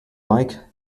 like